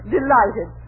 Delighted